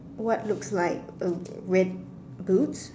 what looks like a red boots